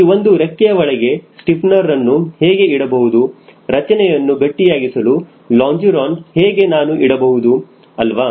ಈ ಒಂದು ರೆಕ್ಕೆಯ ಒಳಗೆ ಸ್ಟಿಫನರನನ್ನು ಹೇಗೆ ಇಡಬಹುದು ರಚನೆಯನ್ನು ಗಟ್ಟಿಯಾಗಿಸಲು ಲಾಂಜೀರೊನ್ ಹೇಗೆ ನಾನು ಬಿಡಬಹುದು ಅಲ್ವಾ